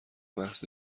محض